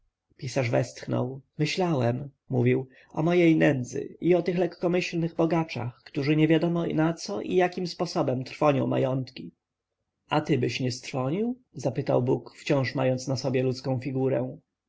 pisarz westchnął myślałem mówił o mojej nędzy i o tych lekkomyślnych bogaczach którzy niewiadomo na co i jakim sposobem trwonią majątki a tybyś nie strwonił zapytał bóg wciąż mający na sobie ludzką figurę